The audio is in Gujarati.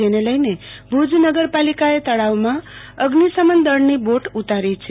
જેને લઈને ભુજ નગરપાલિકાએ તળાવમાં અગ્નિશમન દળની બોટ ઉતારી છે